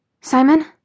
Simon